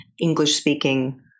English-speaking